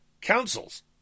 councils